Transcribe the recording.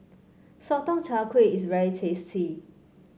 Sotong Char Kway is very tasty